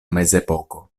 mezepoko